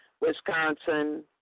Wisconsin